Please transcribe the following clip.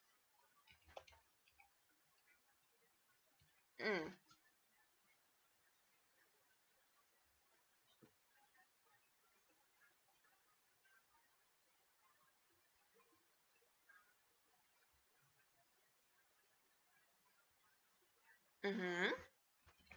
mm mmhmm